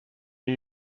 new